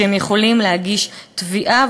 והם יכולים להגיש תביעה.